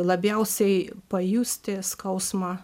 labiausiai pajusti skausmą